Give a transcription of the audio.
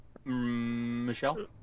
Michelle